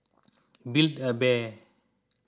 Build A Bear